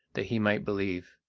that he might believe.